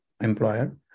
employer